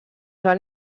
van